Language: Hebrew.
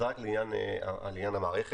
זה לעניין המערכת.